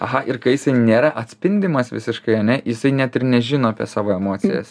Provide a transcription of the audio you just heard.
aha ir kai jisai nėra atspindimas visiškai ane jisai net ir nežino apie savo emocijas